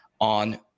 on